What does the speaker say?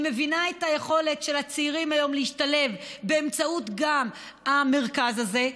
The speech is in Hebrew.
היא מבינה את היכולת של הצעירים להשתלב היום גם באמצעות המרכז הזה.